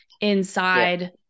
inside